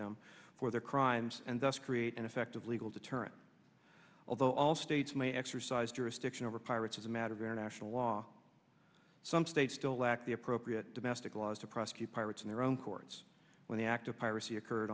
them for their crimes and thus create an effective legal deterrent although all states may exercise jurisdiction over pirates as a matter of international law some states still lack the appropriate domestic laws to prosecute pirates in their own courts when the act of piracy occurred